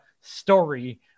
story